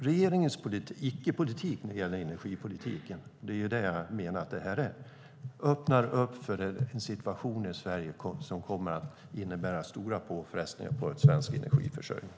Regeringens icke-politik när det gäller energipolitik öppnar för en situation i Sverige som kommer att innebära stora påfrestningar på svensk energiförsörjning.